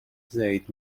played